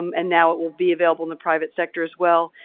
um and now it will be available in the private sector as well.